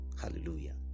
Hallelujah